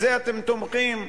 בזה אתם תומכים?